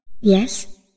Yes